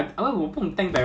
like the turret turning